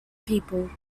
people